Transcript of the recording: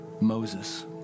Moses